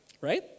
Right